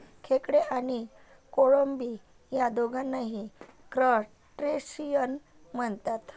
खेकडे आणि कोळंबी या दोघांनाही क्रस्टेशियन म्हणतात